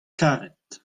karet